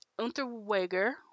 Unterweger